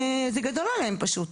זה גדול עליהם פשוט,